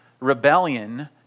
rebellion